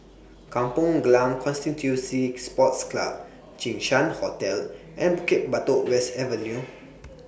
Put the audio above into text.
Kampong Glam Constituency Sports Club Jinshan Hotel and Bukit Batok West Avenue